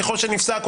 ככל שנפסקו,